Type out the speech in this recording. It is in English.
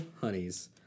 Honeys